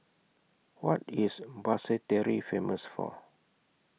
What IS Basseterre Famous For